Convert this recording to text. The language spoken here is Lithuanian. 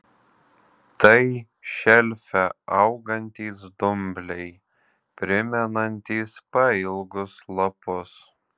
tai šelfe augantys dumbliai primenantys pailgus lapus